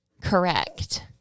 correct